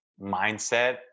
mindset